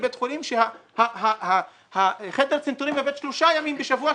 בית חולים שחדר הצנתורים עובד שלושה ימים בשבוע,